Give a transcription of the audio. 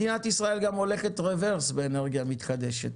מדינת ישראל גם הולכת ברוורס באנרגיה מתחדשת.